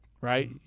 right